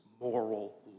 moral